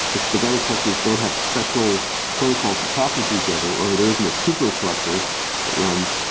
if the garbage collectors don't have special protocols for talking to each other, or there is no super collector that runs,